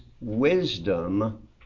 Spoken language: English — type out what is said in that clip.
wisdom